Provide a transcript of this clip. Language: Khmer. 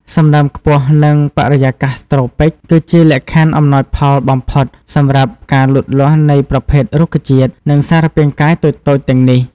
សំណើមខ្ពស់ និងបរិយាកាសត្រូពិក គឺជាលក្ខខណ្ឌអំណោយផលបំផុតសម្រាប់ការលូតលាស់នៃប្រភេទរុក្ខជាតិ និងសារពាង្គកាយតូចៗទាំងនេះ។